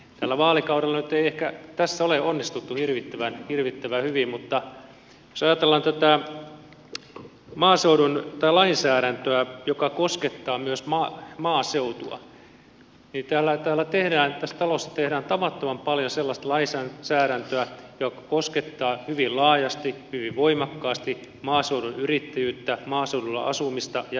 tällä vaalikaudella nyt ei ehkä tässä ole onnistuttu hirvittävän hyvin mutta jos ajatellaan tätä lainsäädäntöä joka koskettaa myös maaseutua niin tässä talossa tehdään tavattoman paljon sellaista lainsäädäntöä joka koskettaa hyvin laajasti hyvin voimakkaasti maaseudun yrittäjyyttä maaseudulla asumista ja niin edelleen